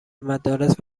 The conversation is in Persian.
مدارس